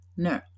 No